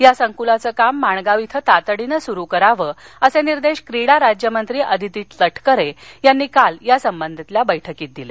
या संकुलाचं काम माणगाव इथं तातडीनं सुरु करावं असे निर्देश क्रीडा राज्यमंत्री आदिती तटकरे यांनी काल या संबंधातल्या बैठकीत दिले